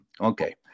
okay